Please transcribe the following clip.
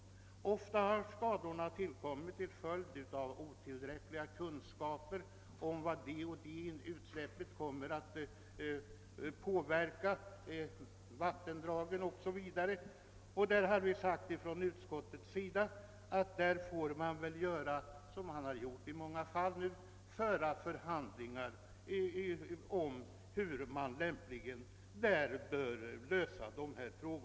Ofta har skadorna uppstått till följd av otillräckliga kunskaper om hur ett utsläpp skulle komma att påverka Vissa miljövårdsfrågor vattendrag 0. s. v. Enligt utskottets mening får man väl, som man redan har gjort i många fall, föra förhandlingar om hur dessa problem lämpligen skall lösas.